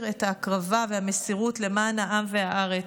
את ההקרבה והמסירות למען העם והארץ.